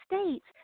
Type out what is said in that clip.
states